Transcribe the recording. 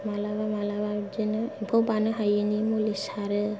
मालाबा मालाबा बिदिनो एम्फौ बानि हायिनि मुलि सारो